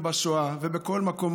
בשואה ובכל מקום.